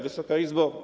Wysoka Izbo!